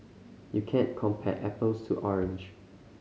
you can't compare apples to orange